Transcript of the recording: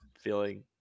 feeling